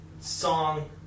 song